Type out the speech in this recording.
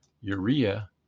urea